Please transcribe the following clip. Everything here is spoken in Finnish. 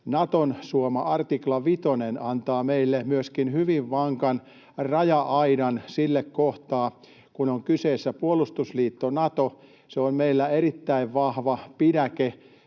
Naton suoma 5 artikla antaa meille myöskin hyvin vankan raja-aidan sille kohtaa, sillä puolustusliitto Nato on meillä erittäin vahva pidäke